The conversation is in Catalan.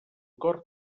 cor